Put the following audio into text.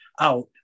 out